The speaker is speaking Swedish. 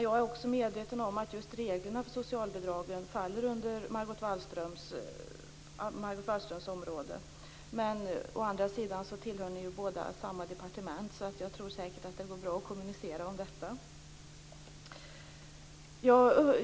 Jag är medveten om att just reglerna för socialbidragen ligger inom Margot Wallströms område. Men å andra sidan tillhör ni båda samma departement, och jag tror säkert att det går bra att kommunicera om detta.